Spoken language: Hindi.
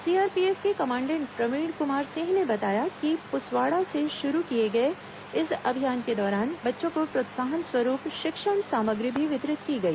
सीआरपीएफ के कमांडेट प्रवीण कुमार सिंह ने बताया कि पुसवाड़ा से शुरू किए गए इस अभियान के दौरान बच्चों को प्रोत्साहन स्वरूप शिक्षण सामग्री भी वितरित की गई